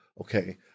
okay